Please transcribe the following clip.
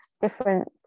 different